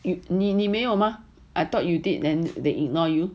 你你没有吗 I thought you did then they ignore you